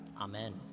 Amen